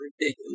ridiculous